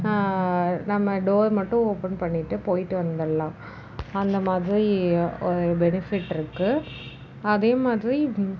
நம்ம டோர் மட்டும் ஓப்பன் பண்ணிவிட்டு போய்ட்டு வந்துடலாம் அந்த மாதிரி பெனிஃபிட் இருக்குது அதே மாதிரி